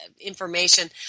information